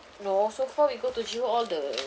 no so far we go to jewel all the